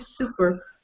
super